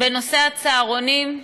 בנושא הצהרונים,